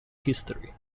history